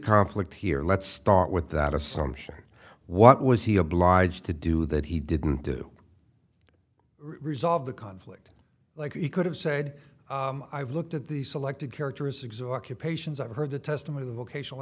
conflict here let's start with that assumption what was he obliged to do that he didn't do resolve the conflict like he could have said i've looked at these selected characteristics or keep patients i've heard the testimony of the occasional